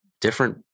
different